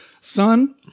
son